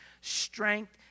strength